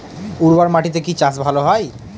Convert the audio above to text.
উর্বর মাটিতে কি চাষ ভালো হয়?